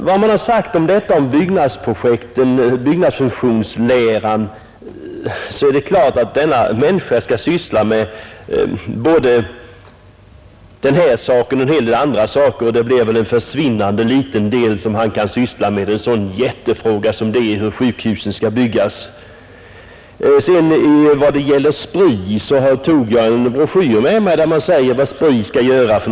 Och vad undervisningen i byggnadsfunktionslära angår är det givet att en arkitekt kommer att syssla med många olika projekt och bara i försvinnande liten grad med sådana oerhört stora som det är att bygga ett sjukhus. Vad sedan gäller SPRI har jag här tagit med mig en broschyr, i vilken det talas om vad SPRI skall syssla med.